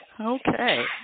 okay